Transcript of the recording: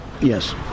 Yes